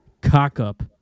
Cock-up